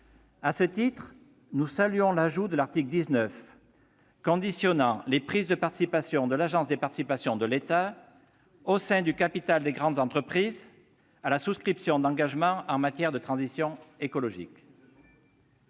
À ce titre, nous saluons l'ajout de l'article 19 conditionnant les prises de participation de l'Agence des participations de l'État au sein du capital des grandes entreprises à la souscription d'engagements en matière de transition écologique.